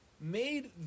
made